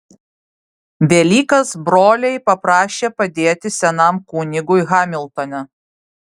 velykas broliai paprašė padėti senam kunigui hamiltone